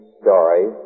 story